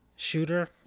shooter